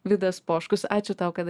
vidas poškus ačiū tau kad